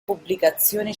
pubblicazione